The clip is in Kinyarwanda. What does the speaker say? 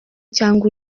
cyangwa